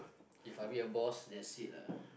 If I be a boss that's it lah